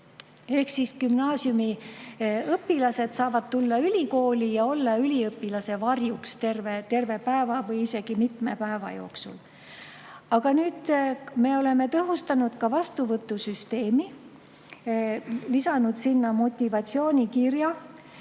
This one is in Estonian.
Ehk siis gümnaasiumiõpilased saavad tulla ülikooli ja olla üliõpilase varjuks terve päeva või isegi mitme päeva jooksul. Aga nüüd me oleme tõhustanud ka vastuvõtusüsteemi, lisanud sinna motivatsioonikirja